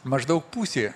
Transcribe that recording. maždaug pusė